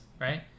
right